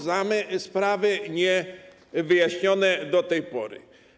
Znamy sprawy niewyjaśnione do tej pory.